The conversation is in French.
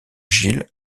gilles